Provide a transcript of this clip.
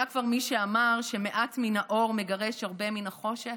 היה כבר מי שאמר שמעט מן האור מגרש הרבה מן החושך.